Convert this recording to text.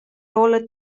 rolla